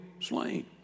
slain